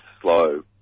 slow